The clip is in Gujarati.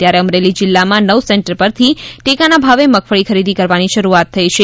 ત્યારે અમરેલી જીલ્લામાં નવ સેન્ટર પરથી ટેકાના ભાવે મગફળી ખરીદી કરવાની શરૂઆત થઇ છે